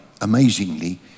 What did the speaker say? amazingly